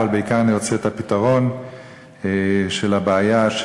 אבל בעיקר אני רוצה את הפתרון של הבעיה,